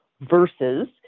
versus